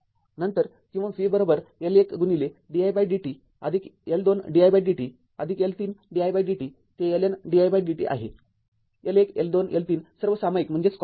नंतर किंवा v L १ didt आदिक L२ didt आदिक L३ didt ते LNdidt आहे L१ L२ L३ सर्व सामायिक घ्या